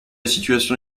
situation